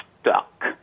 stuck